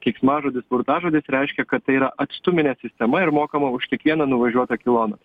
keiksmažodis burtažodis reiškia kad tai yra atstuminė sistema ir mokama už kiekvieną nuvažiuotą kilometrą